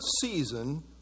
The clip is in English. season